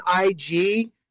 IG